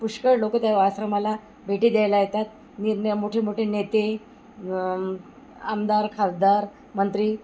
पुष्कळ लोकं त्या आश्रमाला भेटी द्यायला येतात निर्न मोठे मोठे नेते आमदार खासदार मंत्री